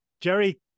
Jerry